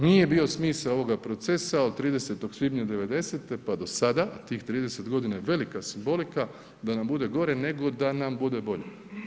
Nije bio smisao ovoga procesa od 30. svibnja '90.-te pa do sada, tih 30 godina je velika simbolika da nam bude gore nego da nam bude bolje.